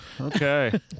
okay